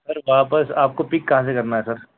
سر واپس آپ کو پک کہاں سے کرنا ہے سر